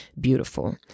beautiful